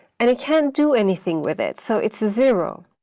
and it can't do anything with it, so it's zero.